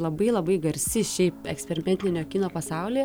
labai labai garsi šiaip eksperimentinio kino pasaulyje